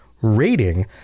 rating